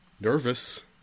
nervous